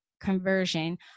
conversion